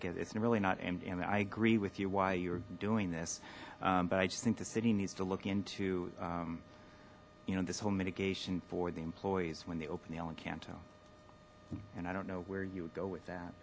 get it's really not i agree with you why you're doing this but i just think the city needs to look into you know this whole mitigation for the employees when they open the el encanto and i don't know where you would go with that